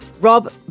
Rob